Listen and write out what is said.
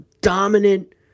dominant